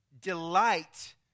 delight